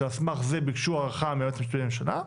שעל סמך זה ביקשו הארכה מהיועץ המשפטי לממשלה?